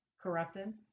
corrupted